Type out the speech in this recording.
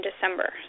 December